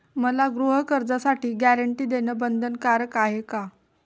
मला गृहकर्जासाठी गॅरंटी देणं बंधनकारक आहे का?